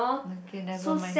okay never mind